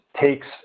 takes